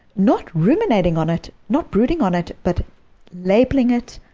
not ruminating on it, not brooding on it, but labelling it,